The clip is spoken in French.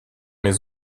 les